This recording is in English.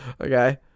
Okay